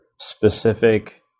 specific